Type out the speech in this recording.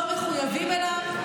לא מחויבים אליו,